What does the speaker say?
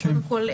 קודם כול,